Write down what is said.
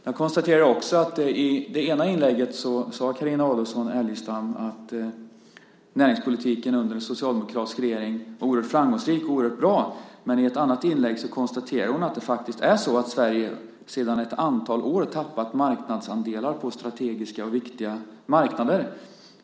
Jag konstaterar också att Carina Adolfsson Elgestam i det ena inlägget sade att näringspolitiken under den socialdemokratiska regeringen var oerhört framgångsrik och oerhört bra, men i ett annat inlägg konstaterade att det faktiskt är så att Sverige sedan ett antal år tappat marknadsandelar på strategiska och viktiga marknader.